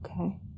Okay